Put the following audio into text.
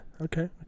Okay